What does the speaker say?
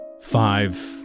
Five